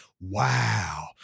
wow